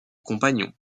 compagnon